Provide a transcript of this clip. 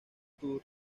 tour